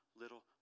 little